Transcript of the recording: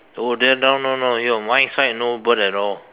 oh then that one no no here my side no bird at all